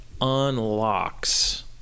unlocks